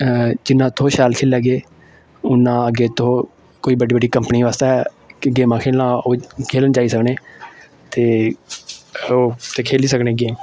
जिन्ना तुस शैल खेली लैगे उन्ना अग्गें ते कोई बड्डी बड्डी कंपनी बास्तै गेमां खेलना खेलन जाई सकनें ते ओह् ते खेली सकने गेम